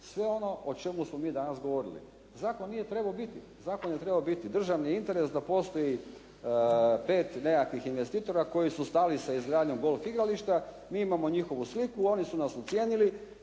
sve ono o čemu smo mi danas govorili, zakon nije trebao biti. Zakon je trebao biti državni interes da postoji pet nekakvih investitora koji su stali sa izgradnjom golf igrališta, mi imamo njihovu sliku, oni su nas ucijenili,